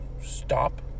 stop